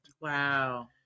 Wow